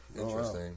Interesting